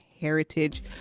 heritage